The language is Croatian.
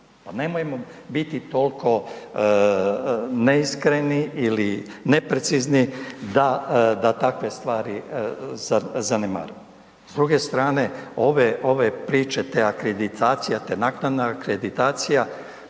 nemojmo biti toliko neiskreni ili neprecizni da takve stvari zanemarujemo. S druge strane ove priče te akreditacija